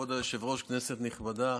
כבוד היושב-ראש, כנסת נכבדה,